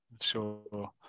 sure